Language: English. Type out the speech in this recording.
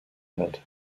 head